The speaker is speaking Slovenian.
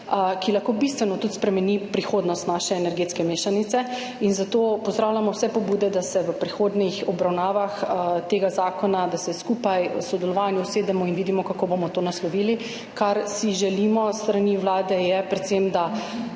ki lahko tudi bistveno spremeni prihodnost naše energetske mešanice in zato pozdravljamo vse pobude, da se v prihodnjih obravnavah tega zakona skupaj, v sodelovanju, usedemo in vidimo, kako bomo to naslovili. Kar si s strani Vlade želimo, je predvsem, da